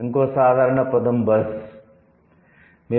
ఇంకో సాధారణ పదం 'బజ్'